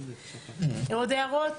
עוד הערות?